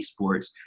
esports